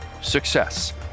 success